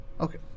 Okay